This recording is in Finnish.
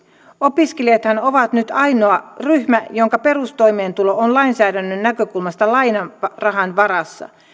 opiskelijathan ovat nyt ainoa ryhmä jonka perustoimeentulo on lainsäädännön näkökulmasta lainarahan varassa